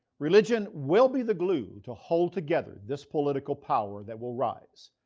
religion will be the glue to hold together this political power that will rise.